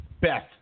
Beth